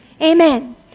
Amen